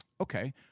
okay